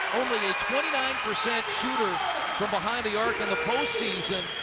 only twenty nine percent shooter from behind the arc in the postseason,